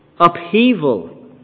upheaval